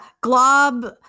Glob